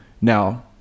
Now